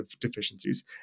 deficiencies